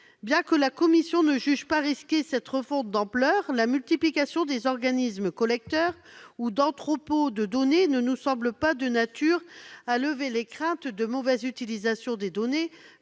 Bien que la commission ne juge pas risquée cette refonte d'ampleur, la multiplication des organismes collecteurs ou des entrepôts de données ne nous semble pas de nature à lever les craintes d'une mauvaise utilisation des données,